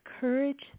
courage